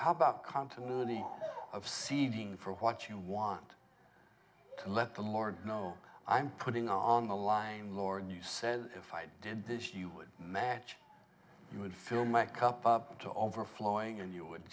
how about continuity of seeding for what you want to let the lord know i'm putting on the line lord you said if i did this you would match you would fill my cup up to overflowing and you would